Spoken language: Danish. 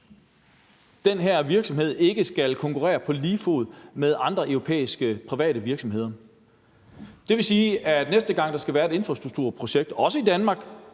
den her virksomhed ikke skal konkurrere på lige fod med andre europæiske private virksomheder? Det vil sige, at næste gang der skal være et infrastrukturprojekt, også i Danmark,